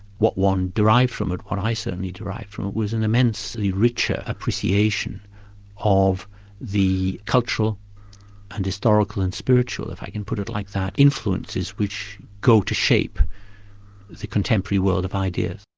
what one derived from it, what i certainly derived from it, was an immensely richer appreciation of the cultural and historical and spiritual, if i can put it like that, influences which go to shape the contemporary world of ideas.